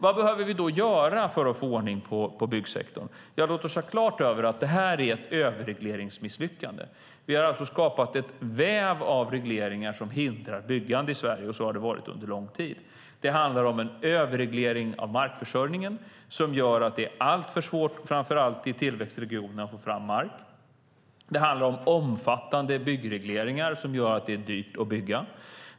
Vad behöver vi då göra för att få ordning på byggsektorn? Låt oss vara klara över att detta är ett överregleringsmisslyckande. Vi har skapat en väv av regleringar som hindrar byggande i Sverige, och så har det varit under lång tid. Det handlar om en överreglering av markförsörjningen som gör att det är alltför svårt framför allt i tillväxtregionerna att få fram mark. Det handlar om omfattande byggregleringar som gör att det är dyrt att bygga.